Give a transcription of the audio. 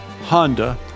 Honda